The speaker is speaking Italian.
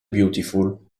beautiful